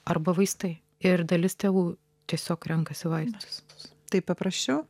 arba vaistai ir dalis tėvų tiesiog renkasi vaistus tai paprasčiau